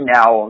now